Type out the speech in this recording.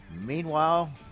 Meanwhile